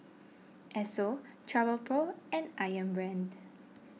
Esso Travelpro and Ayam Brand